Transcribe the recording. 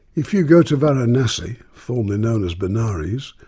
if you go to varanasi, formerly known as benares,